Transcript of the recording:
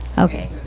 okay.